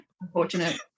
Unfortunate